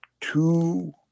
two